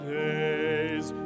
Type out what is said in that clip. days